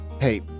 Hey